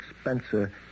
Spencer